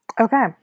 Okay